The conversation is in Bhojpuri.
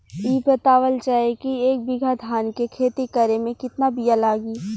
इ बतावल जाए के एक बिघा धान के खेती करेमे कितना बिया लागि?